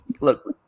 Look